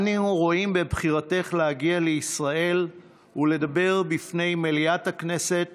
אנו רואים בבחירתך להגיע לישראל ולדבר בפני מליאת הכנסת